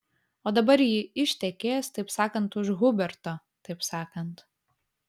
o dabar ji ištekės taip sakant už huberto taip sakant